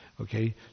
Okay